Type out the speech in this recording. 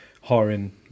hiring